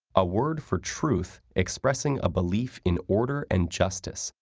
a word for truth, expressing a belief in order and justice,